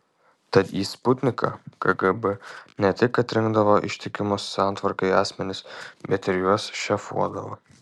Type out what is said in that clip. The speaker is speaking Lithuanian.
tad į sputniką kgb ne tik atrinkdavo ištikimus santvarkai asmenis bet ir juos šefuodavo